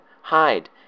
hide